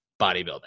bodybuilding